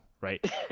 Right